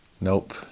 Nope